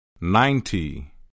Ninety